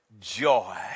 joy